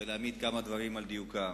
ולהעמיד כמה דברים על דיוקם.